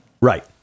Right